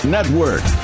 Network